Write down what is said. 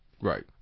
Right